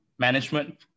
management